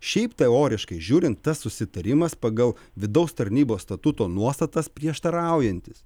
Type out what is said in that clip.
šiaip teoriškai žiūrint tas susitarimas pagal vidaus tarnybos statuto nuostatas prieštaraujantis